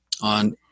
on